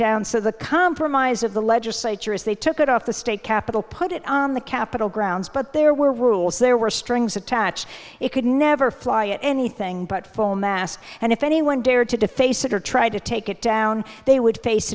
down so the compromise of the legislature is they took it off the state capitol put it on the capitol grounds but there were rules there were strings attached it could never fly at anything but full mass and if anyone dared to deface it or tried to take it down they would face